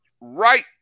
right